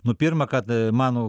nu pirma kad mano